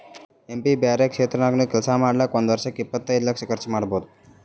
M P ಬ್ಯಾರೆ ಕ್ಷೇತ್ರ ನಾಗ್ನು ಕೆಲ್ಸಾ ಮಾಡ್ಲಾಕ್ ಒಂದ್ ವರ್ಷಿಗ್ ಇಪ್ಪತೈದು ಲಕ್ಷ ಕರ್ಚ್ ಮಾಡ್ಬೋದ್